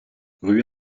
rue